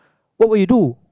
what will you do